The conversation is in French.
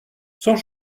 sans